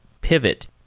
pivot